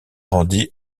rendit